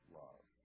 love